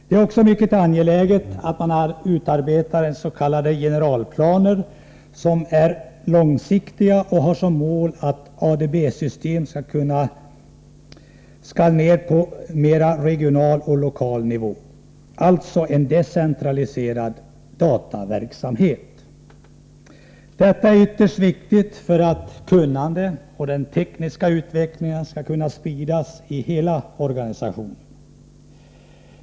Det är också mycket angeläget att man utarbetar s.k. generalplaner, som är långsiktiga och har som mål att ADB-system skall föras ned mer på regional och lokal nivå — alltså en decentraliserad dataverksamhet. Detta är ytterst viktigt för att kunnandet och den tekniska utvecklingen skall kunna spridas i hela organisationen.